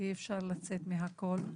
אי אפשר לצאת מהכל.